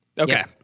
Okay